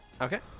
Okay